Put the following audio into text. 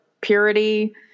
purity